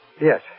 Yes